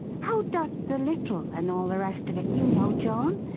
how doth the little' and all the rest of it, you know john.